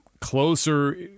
closer